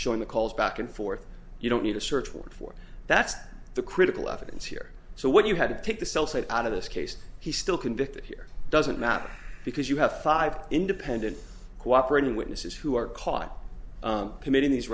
showing the calls back and forth you don't need a search warrant for that's the critical evidence here so what you had to take the cell side out of this case he's still convicted here doesn't matter because you have five independent cooperating witnesses who are caught committing these